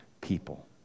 people